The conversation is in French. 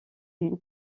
une